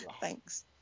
Thanks